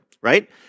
right